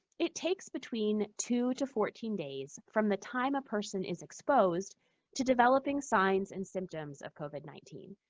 it takes between two to fourteen days from the time a person is exposed to developing signs and symptoms of covid nineteen.